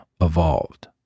evolved